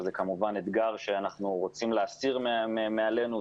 שזה כמובן אתגר שאנחנו רוצים להסיר מעלינו,